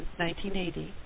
1980